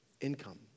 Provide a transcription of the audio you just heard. income